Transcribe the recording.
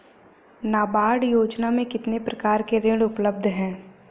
नाबार्ड योजना में कितने प्रकार के ऋण उपलब्ध हैं?